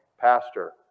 pastor